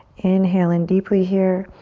inhale in deeply here.